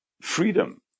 freedom